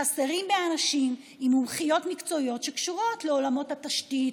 חסרים אנשים עם מומחיות מקצועית שקשורה לעולמות התשתית,